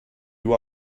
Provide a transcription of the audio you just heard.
you